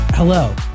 Hello